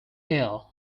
air